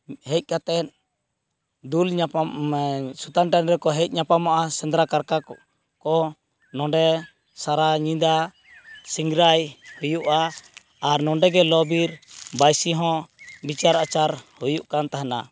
ᱦᱮᱡ ᱠᱟᱛᱮ ᱫᱩᱞ ᱧᱟᱯᱟᱢ ᱥᱩᱛᱟᱱ ᱴᱟᱺᱰᱤ ᱨᱮᱠᱚ ᱡᱮᱡ ᱧᱟᱯᱟᱢᱚᱜᱼᱟ ᱥᱮᱸᱫᱽᱨᱟ ᱠᱟᱨᱠᱟ ᱠᱚ ᱱᱚᱸᱰᱮ ᱥᱟᱨᱟ ᱧᱤᱫᱟ ᱥᱤᱝᱨᱟᱭ ᱦᱩᱭᱩᱜᱼᱟ ᱟᱨ ᱱᱚᱰᱮ ᱜᱮ ᱞᱚ ᱵᱤᱨ ᱵᱟᱭᱥᱤᱦᱚᱸ ᱵᱤᱪᱟᱨᱼᱟᱪᱟᱨ ᱦᱩᱭᱩᱜᱠᱟᱱ ᱛᱟᱦᱮᱱᱟ